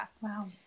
Wow